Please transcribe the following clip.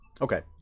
Okay